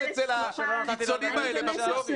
רק שכרגע פשוט בכלל לא נעשה בהם שימוש.